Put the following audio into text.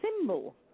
symbol